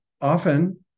often